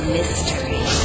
Mystery